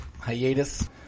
hiatus